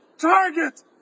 target